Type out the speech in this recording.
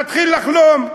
נתחיל לחלום.